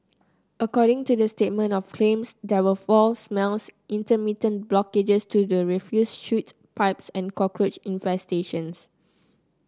according to the statement of claims there were foul smells intermittent blockages to the refuse chute pipes and cockroach infestations